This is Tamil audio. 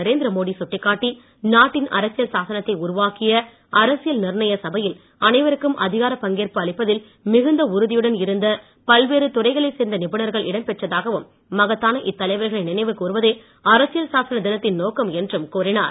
நரேந்திர மோடி சுட்டிக்காட்டி நாட்டின் அரசியல்சாசனத்தை உருவாக்கிய அரசியல் நிர்ணய சபையில் அனைவருக்கும் அதிகாரப் பங்கேற்பு அளிப்பதில் மிகுந்த உறுதியுடன் இருந்த பல்வேறு துறைகளைச் சேர்ந்த நிபுணர்கள் இடம்பெற்றதாகவும் மகத்தான இத்தலைவர்களை நினைவு கூர்வதே அரசியல்சாசன தினத்தின் நோக்கம் என்றும் கூறினார்